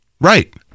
right